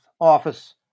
office